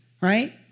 right